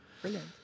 Brilliant